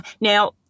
Now